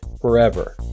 forever